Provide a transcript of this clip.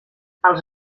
els